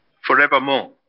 forevermore